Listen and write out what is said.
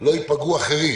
לא ייפגעו אחרים.